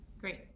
Great